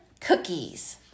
cookies